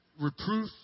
reproof